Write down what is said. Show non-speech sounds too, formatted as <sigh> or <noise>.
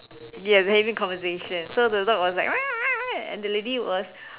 yes they having conversation so the dog was like <noise> and the lady was